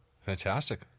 Fantastic